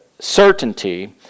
certainty